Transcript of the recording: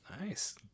Nice